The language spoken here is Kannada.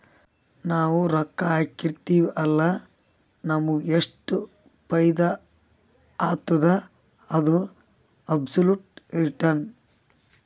ನಾವ್ ರೊಕ್ಕಾ ಹಾಕಿರ್ತಿವ್ ಅಲ್ಲ ನಮುಗ್ ಎಷ್ಟ ಫೈದಾ ಆತ್ತುದ ಅದು ಅಬ್ಸೊಲುಟ್ ರಿಟರ್ನ್